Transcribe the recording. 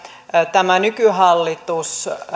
tämä nykyhallitus